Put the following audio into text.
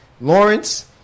Lawrence